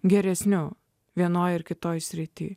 geresniu vienoje ar kitoje sritį